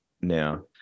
now